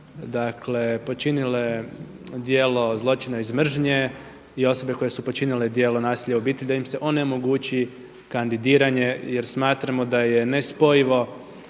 su počinile djelo zločina iz mržnje i osobe koje su počinile djelo nasilja u obitelji da im se onemogući kandidiranje, jer smatramo da je nespojivo